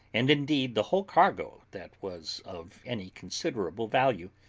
and indeed the whole cargo that was of any considerable value,